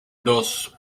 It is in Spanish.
dos